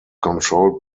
controlled